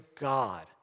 God